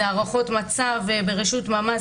זה הערכות מצב בראשות ממ"ז,